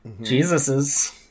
Jesus's